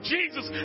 Jesus